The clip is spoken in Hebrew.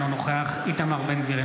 אינו נוכח איתמר בן גביר,